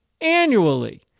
annually